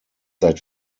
seit